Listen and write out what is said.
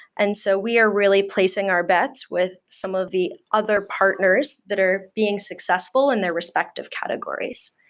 and so we are really placing our bets with some of the other partners that are being successful in their respective categories.